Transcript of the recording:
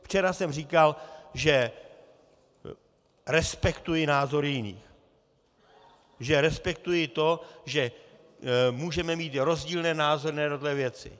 Včera jsem říkal, že respektuji názor jiných, že respektuji to, že můžeme mít rozdílné názory na jednotlivé věci.